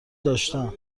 داشتم